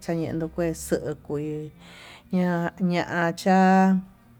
chakuenta maixukui ña'a ñachá.